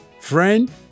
friend